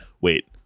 wait